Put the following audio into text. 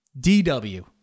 DW